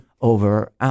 over